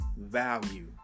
value